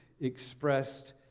expressed